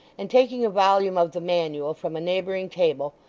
and taking a volume of the manual from a neighbouring table,